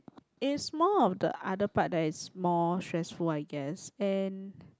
is more of the other part that is more stressful I guess and